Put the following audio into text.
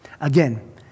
Again